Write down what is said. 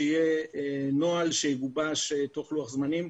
שיהיה נוהל שיגובש בתוך לוח זמנים,